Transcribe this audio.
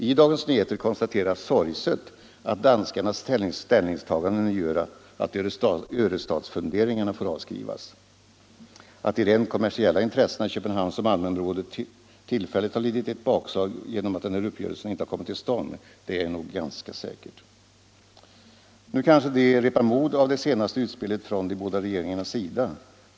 I Dagens Nyheter konstateras sorgset att danskarnas ställningstagande nu gör att Örestadsfunderingarna får avskrivas. Att de rent kommersiella intressena i Köpenhamns och Malmöområdet tillfälligt har lidit ett bak slag på grund av att uppgörelsen inte kommit till stånd är nog ganska Nr 73 säkert. Nu kanske dessa repar mod av det senaste utspelet från de båda Måndagen den regeringarnas sida.